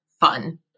fun